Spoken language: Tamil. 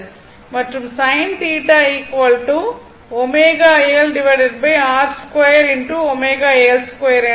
மற்றும் என கொடுக்கப்பட்டுள்ளது